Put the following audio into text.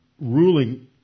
ruling